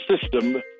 system